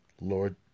Lord